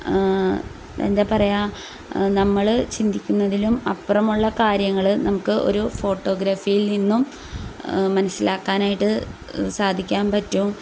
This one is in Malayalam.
എന്താ പറയുക നമ്മൾ ചിന്തിക്കുന്നതിലും അപ്പുറമുള്ള കാര്യങ്ങൾ നമുക്ക് ഒരു ഫോട്ടോഗ്രഫിയിൽ നിന്നും മനസ്സിലാക്കാനായിട്ട് സാധിക്കാൻ പറ്റും